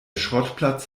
schrottplatz